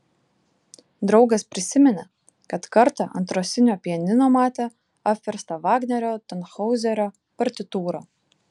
draugas prisiminė kad kartą ant rosinio pianino matė apverstą vagnerio tanhoizerio partitūrą